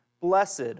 Blessed